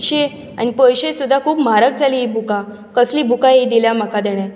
शी आनी पयशे सुद्दां खूब म्हारग जालीं हीं बुकां कसलीं ही बुकां दिल्यां म्हाका तांणे